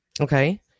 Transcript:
Okay